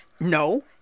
No